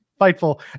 Fightful